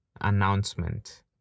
announcement